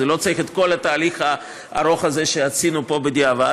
לא צריך את כל התהליך הארוך הזה שעשינו פה בדיעבד,